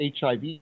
HIV